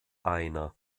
einer